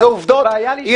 זה עובדות, אי